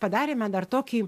padarėme dar tokį